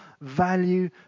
value